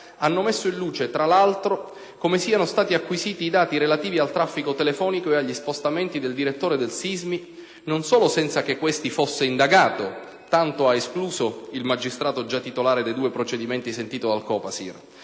hanno messo in luce, tra l'altro, come siano stati acquisiti i dati relativi al traffico telefonico e agli spostamenti del Direttore del SISMI, non solo senza che questi fosse indagato - tanto ha escluso il magistrato già titolare dei due procedimenti sentito dal COPASIR